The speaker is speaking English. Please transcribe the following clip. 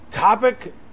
topic